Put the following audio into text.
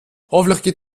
hoffentlich